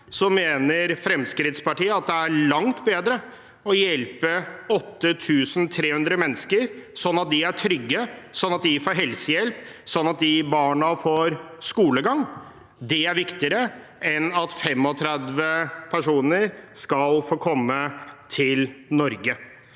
Fremskrittspartiet at det er langt bedre å hjelpe 8 300 mennesker, sånn at de er trygge, sånn at de får helsehjelp, sånn at barna får skolegang. Det er viktigere enn at 35 personer skal få komme til Norge.